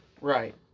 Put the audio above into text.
Right